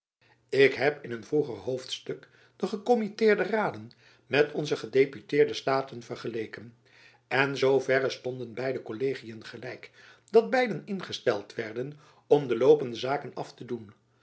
ik heb in een vroeger hoofdstuk de gekommitteerde raden met onze gedeputeerde staten vergeleken in zoo verre stonden beide kollegiën gelijk dat beiden ingesteld werden om de loopende zaken af te doen